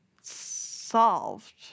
solved